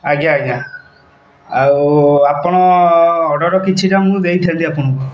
ଆଜ୍ଞା ଆଜ୍ଞା ଆଉ ଆପଣ ଅର୍ଡ଼ର୍ କିଛିଟା ମୁଁ ଦେଇଥାନ୍ତି ଆପଣଙ୍କୁ